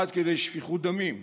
עד כדי שפיכות דמים?